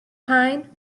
pine